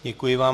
Děkuji vám.